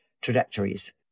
trajectories